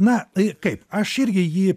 na i kaip aš irgi jį